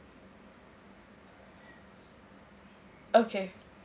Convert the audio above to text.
okay